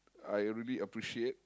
I really appreciate